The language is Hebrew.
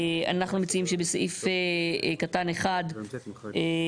אנחנו מציעים שבסעיף קטן (1),